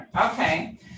Okay